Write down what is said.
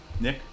Nick